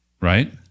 right